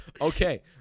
Okay